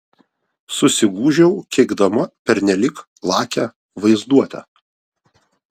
susigūžiau keikdama pernelyg lakią vaizduotę